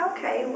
Okay